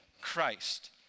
Christ